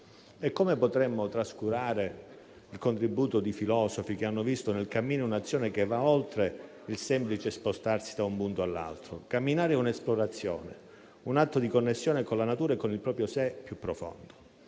Come potremmo trascurare il contributo di filosofi che hanno visto nel cammino un'azione che va oltre il semplice spostarsi da un punto all'altro? Camminare è un'esplorazione, un atto di connessione con la natura e con il proprio sé più profondo.